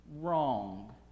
wrong